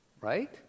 right